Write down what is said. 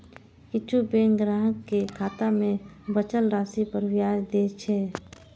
किछु बैंक ग्राहक कें खाता मे बचल राशि पर ब्याज दै छै